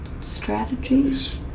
strategies